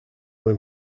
when